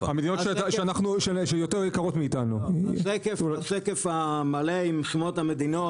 היה קשה להעביר את השקף המלא עם שמות המדינות,